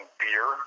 beer